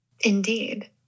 Indeed